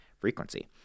frequency